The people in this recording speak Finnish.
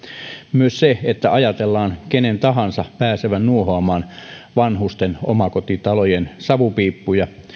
myös se että ajatellaan kenen tahansa pääsevän nuohoamaan vanhusten omakotitalojen savupiippuja